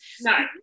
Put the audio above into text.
No